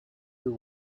your